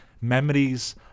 Memories